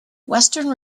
western